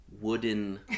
wooden